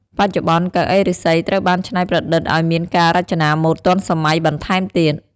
បច្ចុប្បន្ន កៅអីឫស្សីត្រូវបានច្នៃប្រឌិតអោយមានការរចនាម៉ូដទាន់សម័យបន្ថែមទៀត។